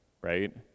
right